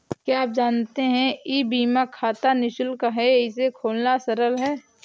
क्या आप जानते है ई बीमा खाता निशुल्क है, इसे खोलना सरल है?